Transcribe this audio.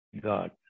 God